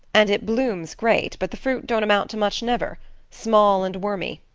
and it blooms great, but the fruit don't amount to much never small and wormy.